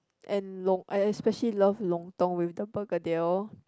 and long I especially love lontong with the begedil